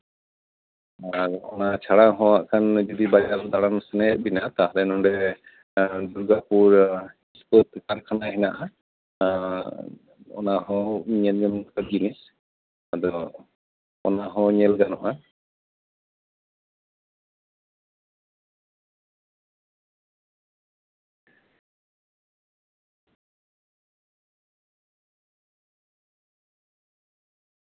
ᱚᱱᱟ ᱪᱷᱟᱲᱟ ᱦᱚᱸ ᱦᱟᱸᱜ ᱠᱷᱟᱱ ᱡᱩᱫᱤ ᱵᱟᱡᱟᱨ ᱫᱟᱬᱟᱱ ᱥᱱᱟᱭᱮᱫ ᱵᱮᱱᱟ ᱛᱟᱦᱞᱮ ᱱᱚᱸᱰᱮ ᱫᱩᱨᱜᱟᱯᱩᱨ ᱮᱥᱯᱳᱴ ᱫᱚᱠᱟᱱ ᱠᱚ ᱦᱮᱱᱟᱜᱼᱟ ᱚᱱᱟᱦᱚᱸ ᱧᱮᱞ ᱡᱚᱝ ᱞᱮᱠᱟᱱ ᱡᱤᱱᱤᱥ ᱟᱫᱚ ᱚᱱᱟ ᱦᱚᱸ ᱧᱮᱞ ᱜᱟᱱᱚᱜᱼᱟ